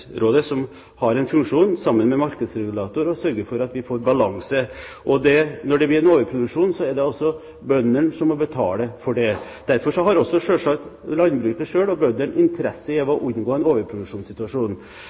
som sammen med markedsregulator har som funksjon å sørge for at vi får balanse. Når det blir overproduksjon, er det altså bøndene som må betale for det. Derfor har også selvsagt landbruket selv og bøndene interesse av